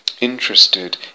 interested